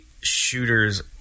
shooters